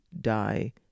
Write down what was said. die